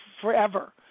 forever